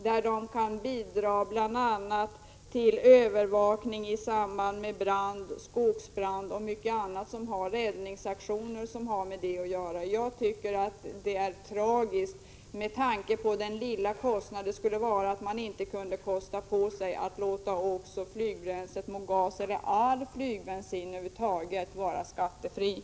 Detta kan bidra till övervakning i samband med skogsbrand, medverka vid räddningsaktioner osv. Det är tragiskt med tanke på den lilla utgift som det gäller att man inte kan kosta på sig att låta också flygbränslet Mogas, eller allt flygbränsle över huvud taget, vara skattefritt.